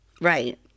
Right